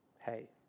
Hey